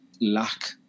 lack